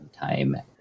time